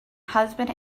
husband